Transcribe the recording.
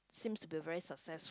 seems to be a very success